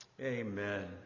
Amen